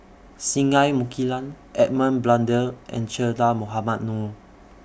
Singai Mukilan Edmund Blundell and Che Dah Mohamed Noor